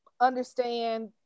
understand